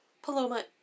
Paloma